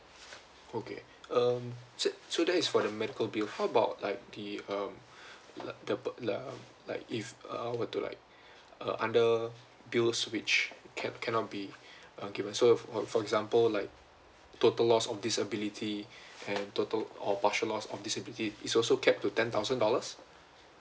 okay um s~ so that is for the medical bill how about like the um th~ th~ the like if I were to like uh under bills which ca~ cannot be uh given so fo~ for example like total lost of disability and total or partial lost of disability it's also capped to ten thousand dollars